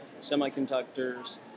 semiconductors